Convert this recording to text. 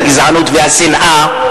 הגזענות והשנאה,